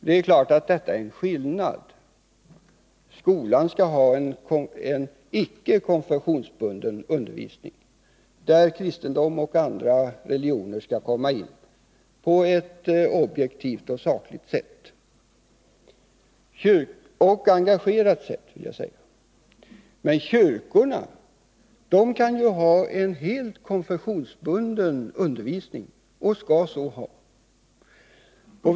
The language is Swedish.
Det är klart att det här är fråga om en skillnad. Skolan skall ha en icke konfessionsbunden undervisning där kristendom och andra religioner skall komma in på ett objektivt och sakligt sätt och engagera sig. Men kyrkorna kan ju ha en helt konfessionsbunden undervisning och skall så ha.